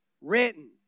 written